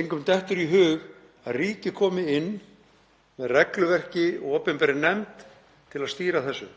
Engum dettur í hug að ríkið komi inn með regluverki og opinberri nefnd til að stýra slíku.